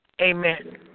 amen